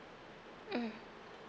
mm